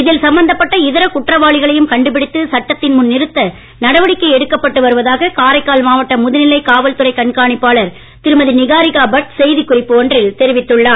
இதில் சம்பந்தப்பட்ட இதர குற்றவாளிகளையும் கண்டுபிடித்து சட்டத்தின் முன் நிறுத்த நடவடிக்கை எடுக்கப்பட்டு வருவதாக காரைக்கால் மாவட்ட முதுநிலை காவல்துறை கண்காணிப்பாளர் திருமதி நிகாரிகா பட் செய்திக் குறிப்பு ஒன்றில் தெரிவித்துள்ளார்